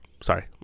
Sorry